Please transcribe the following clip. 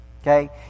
Okay